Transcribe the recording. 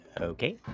Okay